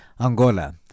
Angola